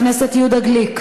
לקולגה שלך גלעד ארדן,